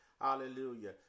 hallelujah